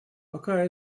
пока